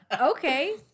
Okay